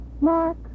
Mark